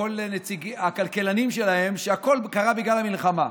וכל הכלכלנים שלהם, שהכול קרה בגלל המלחמה,